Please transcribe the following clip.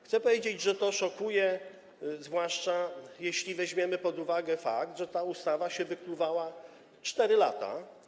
Chcę powiedzieć, że to szokuje, zwłaszcza jeśli weźmiemy pod uwagę fakt, że ta ustawa wykluwała się 4 lata.